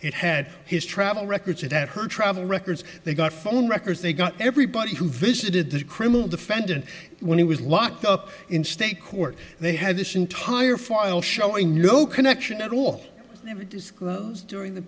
it had his travel records it had her travel records they got phone records they got everybody who visited the criminal defendant when he was locked up in state court they had this entire file showing no connection at all never disclosed during the